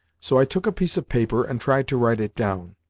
so i took a piece of paper and tried to write it down.